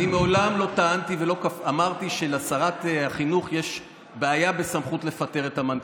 מעולם לא טענתי ולא אמרתי שלשרת החינוך יש בעיה בסמכות לפטר את המנכ"ל.